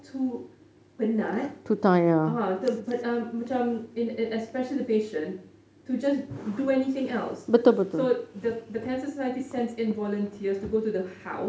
too penat uh the but um macam e~ especially the patient to do anything else so the cancer society sends in volunteers to go to the house